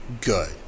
good